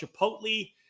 Chipotle